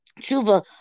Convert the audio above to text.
tshuva